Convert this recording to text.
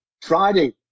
Friday